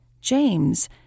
James